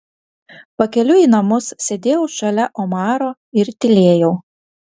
pakeliui į namus sėdėjau šalia omaro ir tylėjau